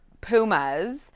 pumas